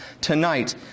tonight